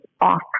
off